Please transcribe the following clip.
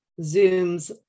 zooms